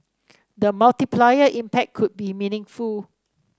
the multiplier impact could be meaningful